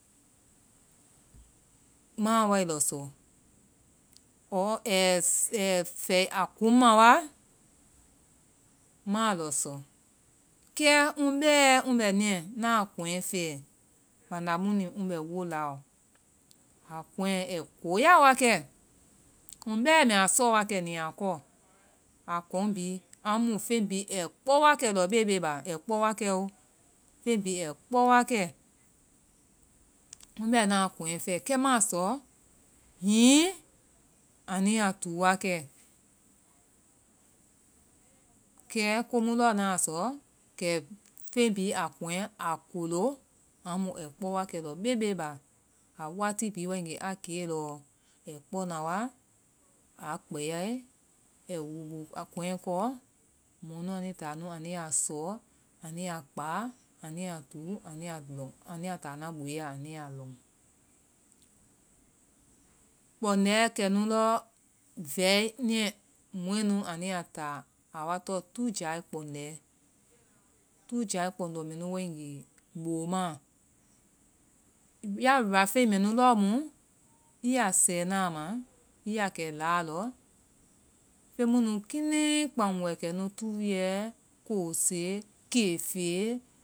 Ma wae lɔ sɔ. Ɔ ai fɛ a kuŋma wa, maa lɔsɔ. Kɛ ŋ bɛ ŋ bɛ niiɛ, naa kɔŋɛ fɛ banda mu ni ŋ bɛ wolaɔ. A kɔŋɛ ai koya wakɛ. Ŋ bɛ mɛ a sɔ wakɛ ni a kɔ. A kɔŋ bi. Amu feŋ bi ai kpɔ wakɛ lɔbebeba. Ai kpɔ wakɛ o. Feŋ bi ai kpɔ wakɛ. Ŋ bɛ na kɔŋɛ fɛ. Kɛ ma sɔ hiŋi anu ya tuu wakɛ. Kɛ komu lɔ na sɔ, kɛ feŋ bi a kɔŋɛ, a kolo a mu ai kpɔ wakɛ lɔbebeba. A wati bi a ke lɔ, ai kpɔ na wa, a kpɛyae, a wuwu a kɔŋɛ kɔ. Mɔnu ani ta nu a nu ya sɔɔ, anui ya kpa, anu ya tuu, anu ya lɔŋ. Anu ya ta anua bo ya anu ya lɔŋ. Kpɔdɛ kɛnu lɔ vɛi niiɛ, mɔɛ nu a nu ya ta, a wa tɔŋ tuu jai kpɔndɛ. Tuu jai kpɔndɔ mɛ nu wae nge, bo ma. Ya luafeŋ mɛ nu lɔ mu ii ya sɛna ma, ii ya kɛ la lɔ. Feŋ mu nu kinɛi kpaŋmu ai kɛ nu, tuuɛ, kosee, kefe